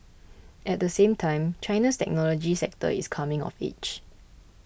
at the same time China's technology sector is coming of age